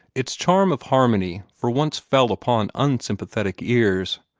its charm of harmony for once fell upon unsympathetic ears.